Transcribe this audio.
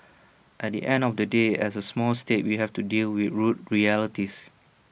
at the end of the day as A small state we have to deal with rude realities